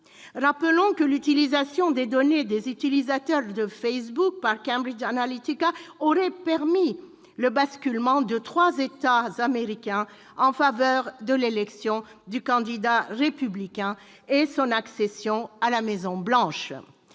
Rappelons que l'utilisation des données des utilisateurs de Facebook par Cambridge Analytica aurait permis le basculement de trois États américains en faveur de l'élection du candidat républicain et son accession à la Maison-Blanche.